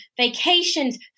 vacations